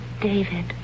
David